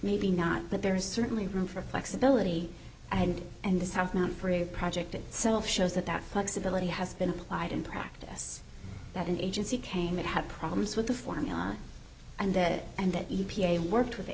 maybe not but there is certainly room for flexibility i had and this have not for a project itself shows that that flexibility has been applied in practice that an agency came that had problems with the form and that and that e p a worked with the